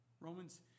Romans